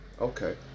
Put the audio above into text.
okay